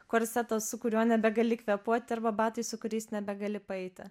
korsetas su kuriuo nebegali kvėpuoti arba batai su kuriais nebegali paeiti